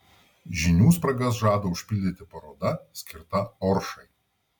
žinių spragas žada užpildyti paroda skirta oršai